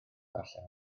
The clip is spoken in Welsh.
ddarllen